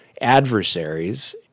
adversaries